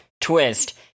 twist